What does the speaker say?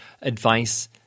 advice